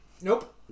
Nope